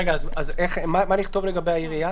מה נכתוב לגבי העירייה?